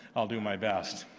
i'll do my best.